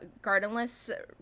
gardenless